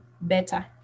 better